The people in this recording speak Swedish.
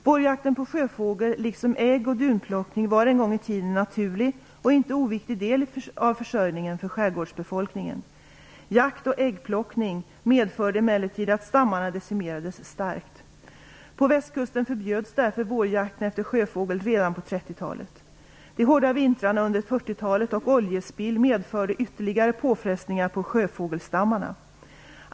Vårjakten på sjöfågel, liksom ägg och dunplockning, var en gång i tiden en naturlig och inte oviktig del av försörjningen för skärgårdsbefolkningen. Jakt och äggplockning medförde emellertid att stammarna decimerades starkt. På västkusten förbjöds därför vårjakten efter sjöfågel redan på 1930-talet. De hårda vintrarna under 1940-talet och oljespill medförde ytterligare påfrestningar på sjöfågelstammarna.